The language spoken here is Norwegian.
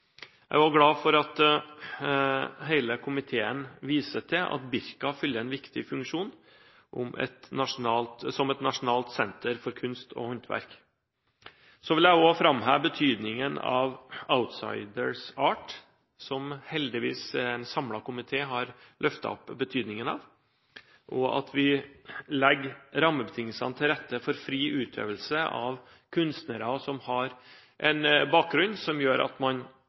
Jeg er også glad for at hele komiteen viser til at Birka fyller en viktig funksjon som et nasjonalt senter for kunst og håndverk. Så vil jeg også framheve betydningen av Outsiders Art, som en samlet komité heldigvis har løftet opp betydningen av, og av at vi legger rammebetingelsene til rette for fri utøvelse av kunstnere som har en bakgrunn som gjør at